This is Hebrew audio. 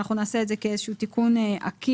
אנחנו נעשה את זה כאיזה שהוא תיקון עקיף.